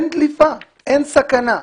אין סכנה.